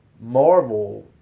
Marvel